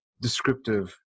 descriptive